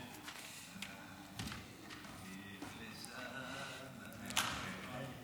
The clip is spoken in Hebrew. אמן.